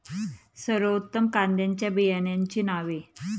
सर्वोत्तम कांद्यांच्या बियाण्यांची नावे?